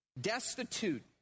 destitute